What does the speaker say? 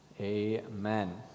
amen